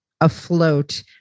afloat